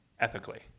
ethically